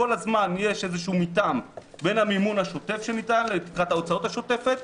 כל הזמן יש איזשהו מתאם בין המימון השוטף שניתן לתקרת ההוצאות השוטפת,